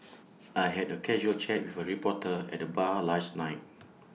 I had A casual chat with A reporter at the bar last night